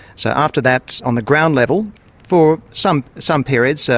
so after that, on the ground level for some some periods, so